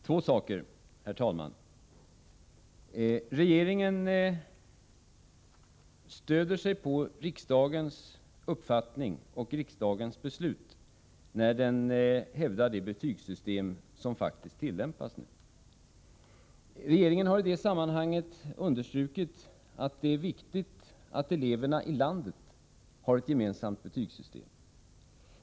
Herr talman! Jag vill ta upp två saker. Det första är att regeringen stöder sig på riksdagens uppfattning och riksdagens beslut när den hävdar det betygssystem som faktiskt tillämpas nu. Regeringen har i det sammanhanget understrukit att det är viktigt att eleverna i landet har ett gemensamt betygssystem.